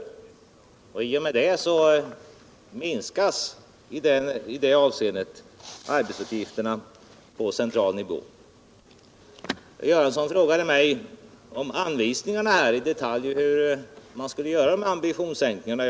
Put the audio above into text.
I och med det minskas arbetsuppgifterna på central nivå. Herr Göransson frågade efter anvisningar i detalj för hur man skall åstadkomma ambitionssänkningarna.